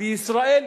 בישראל,